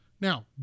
now